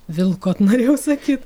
vilkot norėjau sakyt